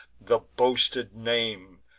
the boasted name,